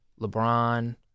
LeBron